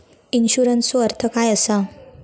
इन्शुरन्सचो अर्थ काय असा?